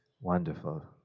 wonderful